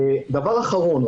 דבר אחרון,